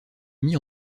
mis